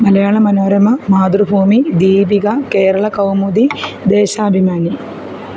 Malayala Manorama Mathrubhumi Deepika Kerala Kaumudi Deshabhimani